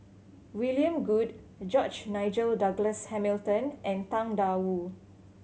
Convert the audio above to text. William Goode George Nigel Douglas Hamilton and Tang Da Wu